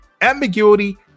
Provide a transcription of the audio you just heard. ambiguity